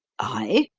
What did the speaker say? i?